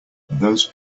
those